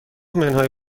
منهای